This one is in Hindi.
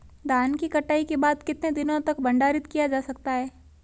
धान की कटाई के बाद कितने दिनों तक भंडारित किया जा सकता है?